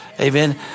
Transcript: Amen